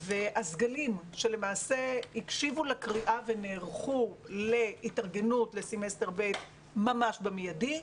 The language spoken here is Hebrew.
והסגלים של מעשה הקשיבו לקריאה ונערכו להתארגנות לסמסטר ב' ממש במיידי.